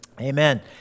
Amen